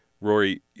Rory